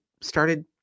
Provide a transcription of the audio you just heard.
started